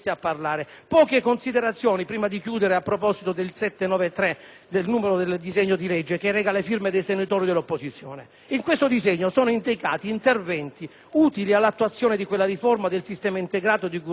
proposito del disegno di legge n. 793, che reca le firme dei senatori dell'opposizione. In tale proposta sono indicati interventi utili all'attuazione di quella riforma del sistema integrato di cui ho già fatto cenno; ma vi è qualcosa di molto più importante. È previsto